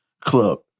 club